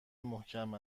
محکم